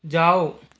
जाओ